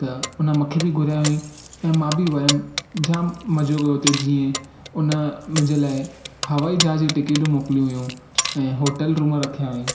त उन मूंखे बि घुरायो हुई ऐं मां बि वियमि जाम मजो कयो उते जीअं उन मुंहिंजे लाइ हवाई जहाज जी टिकटू मोकिली हुइयूं ऐं होटल रूम रखिया हुअईं